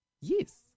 yes